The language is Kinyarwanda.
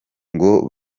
ngo